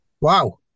Wow